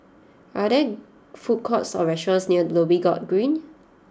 are there food courts or restaurants near Dhoby Ghaut Green